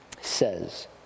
says